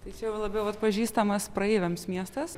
tai čia jau labiau atpažįstamas praeiviams miestas